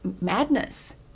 madness